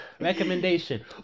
Recommendation